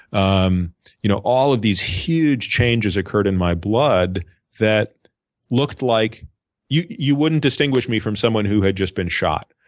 um you know all of these huge changes occurred in my blood that like you you wouldn't distinguish me from someone who had just been shot.